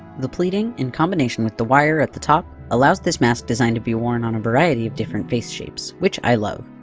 the pleating in combination with the wire at the top allows this mask design to be worn on a variety of different face shapes, which i love.